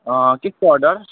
अँ केको अर्डर